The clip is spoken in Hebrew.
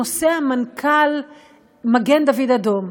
נוסע מנכ"ל מגן-דוד-אדום.